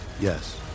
Yes